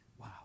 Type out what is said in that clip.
Wow